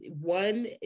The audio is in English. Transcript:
one